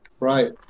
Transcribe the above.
Right